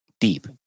Deep